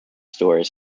stores